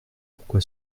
pourquoi